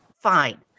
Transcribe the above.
Fine